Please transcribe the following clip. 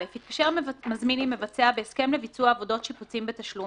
2. (א) התקשר מזמין עם מבצע בהסכם לביצוע עבודות שיפוצים בתשלום,